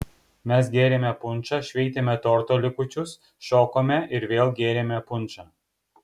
mes gėrėme punšą šveitėme torto likučius šokome ir vėl gėrėme punšą